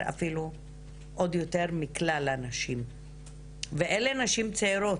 אפילו עוד יותר מכלל הנשים ואלה נשים צעירות.